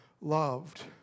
loved